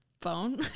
phone